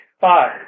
Five